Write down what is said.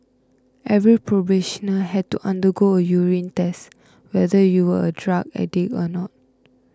every probationer had to undergo a urine test whether you were a drug addict or not